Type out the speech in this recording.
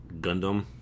Gundam